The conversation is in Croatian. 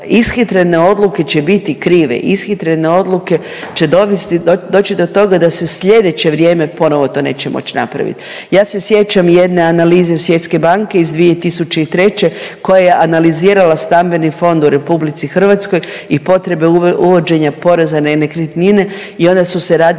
Ishitrene odluke će biti krive, ishitrene odluke će dovesti, doći do toga se sljedeće vrijeme ponovo to neće moći napraviti. Ja se sjećam jedne analize Svjetske banke iz 2003. koja je analizirala stambeni fond u RH i potrebe uvođenja poreza na nekretnine i onda su se radile